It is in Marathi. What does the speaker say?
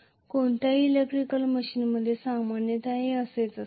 कोणत्याही इलेक्ट्रिकल मशीनमध्ये सामान्यत हे असेच असेल